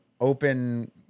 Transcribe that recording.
open